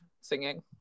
singing